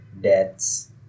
deaths